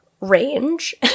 range